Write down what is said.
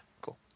cool